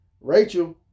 Rachel